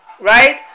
right